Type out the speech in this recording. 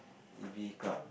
a_v_a Club